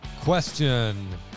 question